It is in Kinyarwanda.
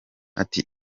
ati